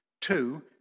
Two